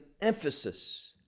emphasis